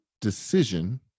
decision